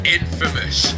infamous